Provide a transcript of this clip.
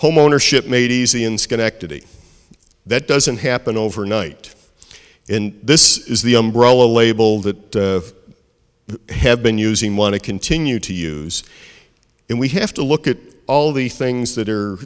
homeownership made easy in schenectady that doesn't happen overnight and this is the umbrella label that have been using want to continue to use and we have to look at all the things that are